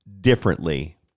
differently